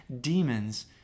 demons